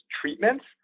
treatments